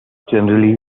generally